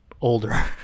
older